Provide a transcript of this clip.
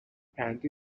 andy